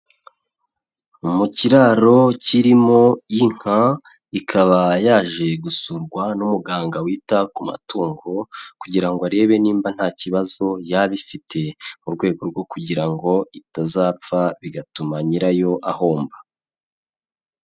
Mu kiraro kirimo inka ikaba yaje gusurwa n'umuganga wita ku matungo kugira ngo arebe niba nta kibazo yaba ifite, mu rwego rwo kugira ngo itazapfa bigatuma nyirayo ahomba.